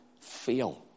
fail